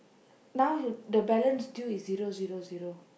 now he will the balance due is zero zero zero